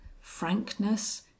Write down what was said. frankness